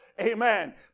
Amen